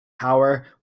power